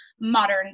modern